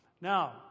Now